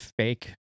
fake